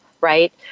right